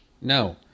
No